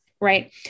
right